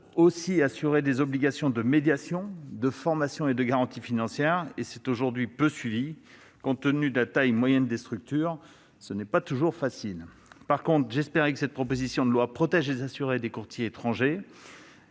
aussi respecter des obligations de médiation, de formation et de garanties financières. Aujourd'hui, c'est peu suivi. Compte tenu de la taille moyenne des structures, ce n'est pas toujours facile. En revanche, j'espère voir cette proposition de loi protéger les assurés des courtiers étrangers